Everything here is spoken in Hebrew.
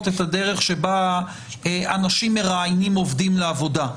את הדרך שבה אנשים מראיינים עובדים לעבודה,